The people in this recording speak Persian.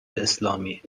اسلامی